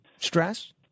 stress